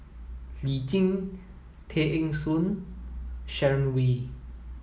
Lee Tjin Tay Eng Soon Sharon Wee